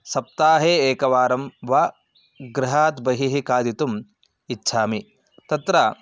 सप्ताहे एकवारं वा गृहात् बहिः खादितुम् इच्छामि तत्र